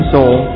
Soul